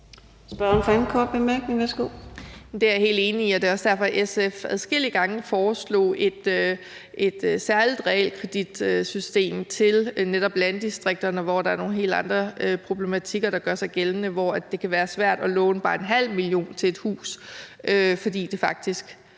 Det er jeg helt enig i, og det er også derfor, at SF adskillige gange foreslog et særligt realkreditsystem til netop landdistrikterne, hvor der er nogle helt andre problematikker, der gør sig gældende, og hvor det kan være svært at låne bare 0,5 mio. kr. til et hus, fordi det faktisk